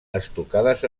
estucades